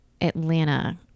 Atlanta